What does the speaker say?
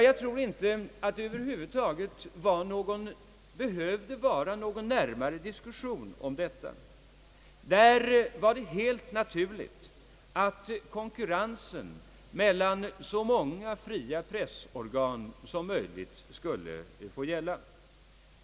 Jag tror inte att det över huvud taget behövdes någon närmare diskussion om detta; det var helt naturligt att konkurrensen mellan så många fria pressorgan som möjligt skulle få göra sig gällande.